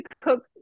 cook